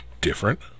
different